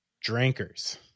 Drinkers